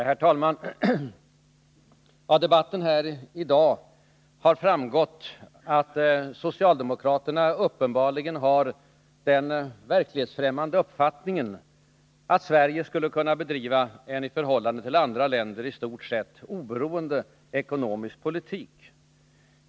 Herr talman! Av debatten här i dag har framgått att socialdemokraterna uppenbarligen har den verklighetsfrämmande uppfattningen att Sverige skulle kunna bedriva en i förhållande till andra länder i stort sett oberoende ekonomisk politik.